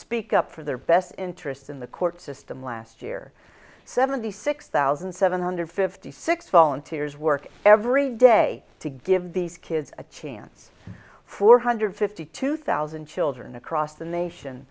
speak up for their best interest in the court system last year seventy six thousand seven hundred fifty six volunteers work every day to give these kids a chance four hundred fifty two thousand children across the nation